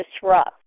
disrupt